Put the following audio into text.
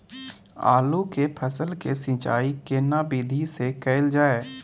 आलू के फसल के सिंचाई केना विधी स कैल जाए?